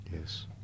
yes